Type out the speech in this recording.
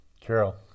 Carol